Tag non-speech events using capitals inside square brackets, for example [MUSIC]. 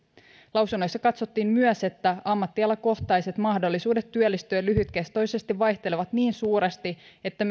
lausunnoissa katsottiin myös että ammattialakohtaiset mahdollisuudet työllistyä lyhytkestoisesti vaihtelevat niin suuresti että [UNINTELLIGIBLE]